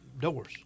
doors